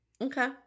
Okay